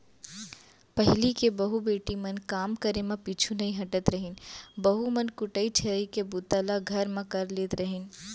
पहिली के बहू बेटी मन काम करे म पीछू नइ हटत रहिन, बहू मन कुटई छरई के बूता ल घर म कर लेत रहिन